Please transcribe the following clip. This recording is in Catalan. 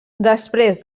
després